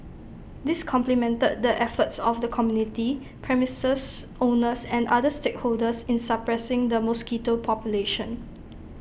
this complemented the efforts of the community premises owners and other stakeholders in suppressing the mosquito population